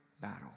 battle